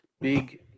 big